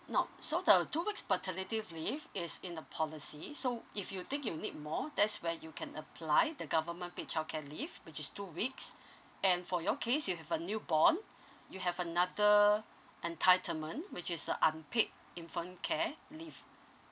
now so the two weeks paternity leave is in a policy so if you think you need more that's where you can apply the government pay childcare leave which is two weeks and for your case you have a newborn you have another entitlement which is a unpaid infant care leave